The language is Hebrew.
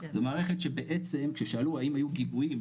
זאת מערכת שבעצם כששאלו האם היו גיבויים,